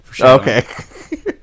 Okay